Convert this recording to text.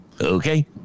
Okay